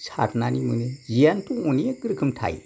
सारनानै मोनो जेयानोथ' अनेक रोखोम थायो